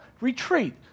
retreat